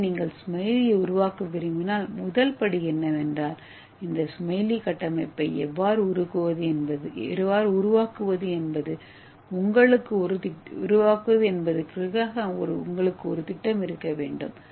எனவே நீங்கள் ஸ்மைலியை உருவாக்க விரும்பினால் முதல் படி என்னவென்றால் இந்த ஸ்மைலி கட்டமைப்பை எவ்வாறு உருவாக்குவது என்பது உங்களுக்கு ஒரு திட்டம் இருக்க வேண்டும்